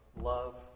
love